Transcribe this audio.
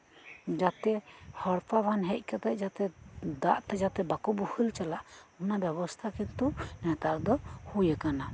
ᱡᱟᱛᱮ ᱦᱚᱲᱯᱟ ᱵᱟᱱ ᱦᱮᱡ ᱠᱟᱛᱮ ᱡᱟᱛᱮ ᱫᱟᱜ ᱛᱮ ᱵᱟᱠᱚ ᱵᱳᱦᱮᱞ ᱪᱟᱞᱟᱜ ᱚᱱᱟ ᱵᱮᱵᱚᱥᱛᱷᱟ ᱠᱤᱱᱛᱩ ᱱᱮᱛᱟᱨ ᱫᱚ ᱦᱳᱭ ᱟᱠᱟᱱᱟ